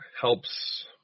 helps